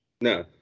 No